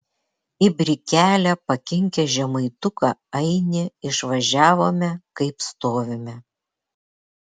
į brikelę pakinkę žemaituką ainį išvažiavome kaip stovime